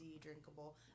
drinkable